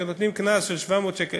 כשנותנים קנס של 700 שקל,